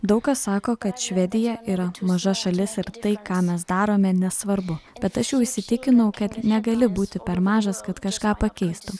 daug kas sako kad švedija yra maža šalis ar tai ką mes darome nesvarbu bet aš jau įsitikinau kad negali būti per mažas kad kažką pakeistum